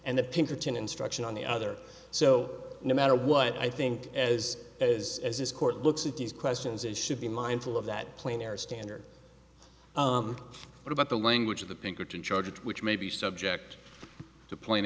and the pinkerton instruction on the other so no matter what i think as as as this court looks at these questions is should be mindful of that plane air standard what about the language of the pinkerton charge which may be subject to play